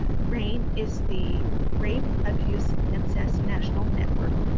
rainn is the rape abuse incest national network.